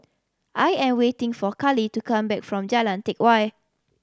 I am waiting for Carli to come back from Jalan Teck Whye